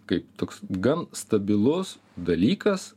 kaip toks gan stabilus dalykas